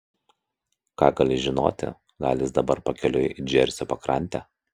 ką gali žinoti gal jis dabar pakeliui į džersio pakrantę